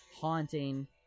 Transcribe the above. haunting